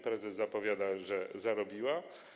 Prezes zapowiada, że zarobiła.